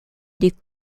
des